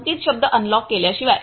संकेतशब्द अनलॉक केल्याशिवाय